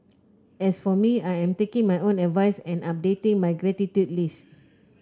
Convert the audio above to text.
as for me I am taking my own advice and updating my gratitude list